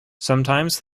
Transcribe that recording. sometimes